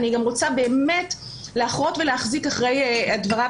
אני רוצה באמת להחרות להחזיק אחרי דבריו